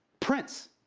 prince.